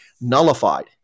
nullified